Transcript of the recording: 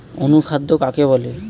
অনুখাদ্য কাকে বলে?